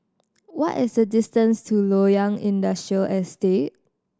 what is the distance to Loyang Industrial Estate